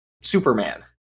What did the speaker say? Superman